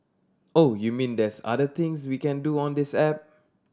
oh you mean there's other things we can do on this app